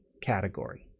category